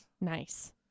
Nice